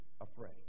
afraid